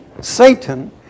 Satan